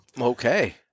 Okay